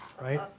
right